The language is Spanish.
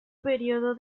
periodo